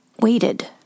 waited